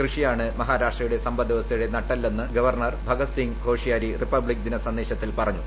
കൃഷി യാണ് മഹാരാഷ്ട്രയുടെ സമ്പദ് വൃവസ്ഥയുടെ നട്ടെല്ലെന്ന് ഗവർണർ ഭഗത്സിംഗ് കോഷിയാരി റിപ്പബ്ലിക് ദിനസന്ദേശത്തിൽ പറഞ്ഞു